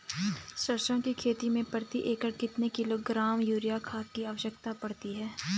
सरसों की खेती में प्रति एकड़ कितने किलोग्राम यूरिया खाद की आवश्यकता पड़ती है?